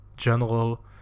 General